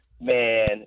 man